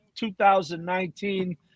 2019